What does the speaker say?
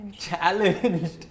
challenged